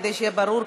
כדי שיהיה ברור,